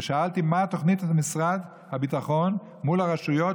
ושאלתי מה תוכנית משרד הביטחון מול הרשויות